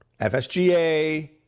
FSGA